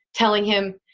telling him,